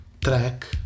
track